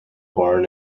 born